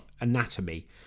anatomy